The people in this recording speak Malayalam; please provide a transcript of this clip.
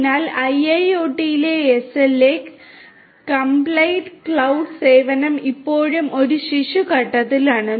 അതിനാൽ IIoT യിലെ SLA കംപ്ലയിഡ് ക്ലൌഡ് സേവനം ഇപ്പോഴും ഒരു ശിശു ഘട്ടത്തിലാണ്